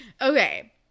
okay